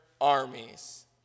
armies